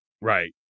Right